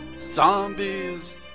zombies